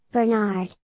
Bernard